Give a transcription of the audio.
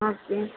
okay